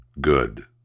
good